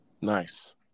Nice